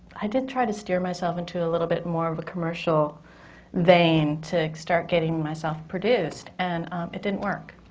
i did try to steer myself into a little bit more of a commercial vein, to start getting myself produced. and it didn't work.